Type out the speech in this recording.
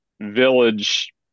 village